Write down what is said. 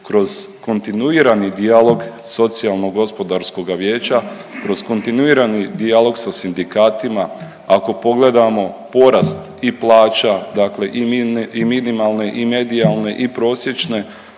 kroz kontinuirano dijalog Socijalno-gospodarskoga vijeća kroz kontinuirani dijalog sa sindikatima, ako pogledamo porast i plaća dakle i minimalne i medijalne i prosječne